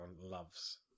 loves